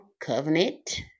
covenant